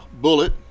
Bullet